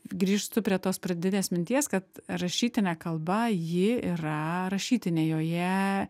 grįžtu prie tos pradinės minties kad rašytinė kalba ji yra rašytinė joje